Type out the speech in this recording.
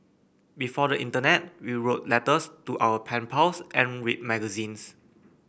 before the internet we wrote letters to our pen pals and read magazines